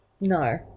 No